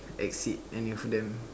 exceed any of them